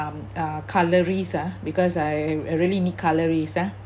um uh cutleries ah because I I really need cutleries ah